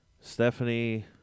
Stephanie